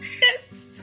Yes